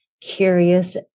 curious